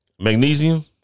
Magnesium